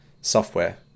software